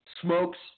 Smokes